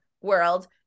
world